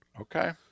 Okay